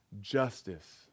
Justice